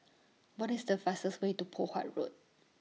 What IS The fastest Way to Poh Huat Road